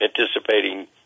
anticipating